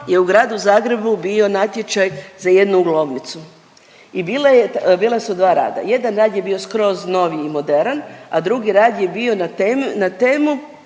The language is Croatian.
je u Gradu Zagrebu bio natječaj za jednu uglovnicu i bila su dva rada, jedan rad je bio skroz novi i moderan, a drugi rad je bio na temu